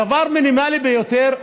דבר מינימלי ביותר,